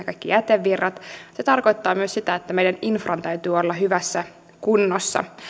kaikki jätevirrat se tarkoittaa myös sitä että meidän infran täytyy olla hyvässä kunnossa